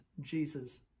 Jesus